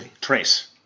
Trace